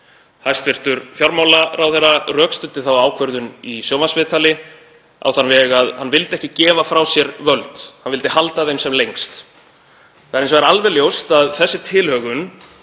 Hæstv. fjármálaráðherra rökstuddi þá ákvörðun í sjónvarpsviðtali á þann veg að hann vildi ekki gefa frá sér völd. Hann vildi halda þeim sem lengst. Það er hins vegar alveg ljóst að þessi tilhögun